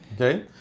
Okay